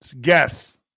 Guess